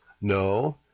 no